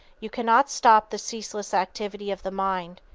you cannot stop the ceaseless activity of the mind.